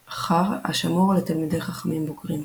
"ח"ר" השמור לתלמידי חכמים בוגרים.